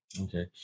Okay